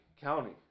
county